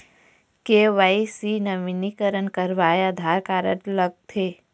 KYC नवीनीकरण करवाये Aadhaar card लगथे?